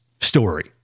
story